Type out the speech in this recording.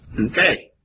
Okay